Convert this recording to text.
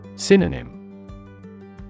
Synonym